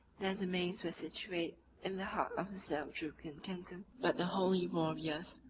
their domains were situate in the heart of the seljukian kingdom but the holy warriors,